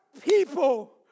people